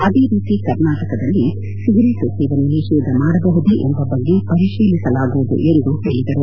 ಅದೇ ರೀತಿ ಕರ್ನಾಟಕ ರಾಜ್ಯದಲ್ಲಿ ಸಿಗರೇಟು ಸೇವನೆ ನಿಷೇಧ ಮಾಡಬಹುದೇ ಎಂಬ ಬಗ್ಗೆ ಪರಿಶೀಲಿಸಲಾಗುವುದು ಎಂದು ಹೇಳಿದರು